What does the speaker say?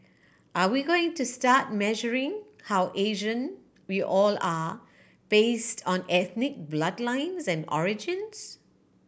are we going to start measuring how Asian we all are based on ethnic bloodlines and origins